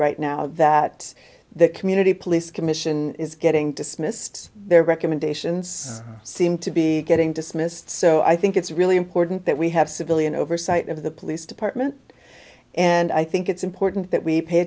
right now that the community police commission is getting dismissed their recommendations seem to be getting dismissed so i think it's really important that we have civilian oversight of the police department and i think it's important that we pay